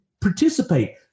participate